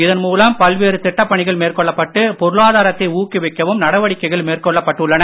இதன் மூலம் பல்வேறு திட்டப் பணிகள் மேற்கொள்ளப்பட்டு பொருளாதாரத்தை ஊக்குவிக்கவும் நடவடிக்கைகைள் மேற்கொள்ளப்பட்டுள்ளது